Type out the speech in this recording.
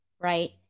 right